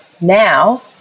now